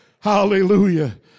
Hallelujah